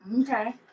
Okay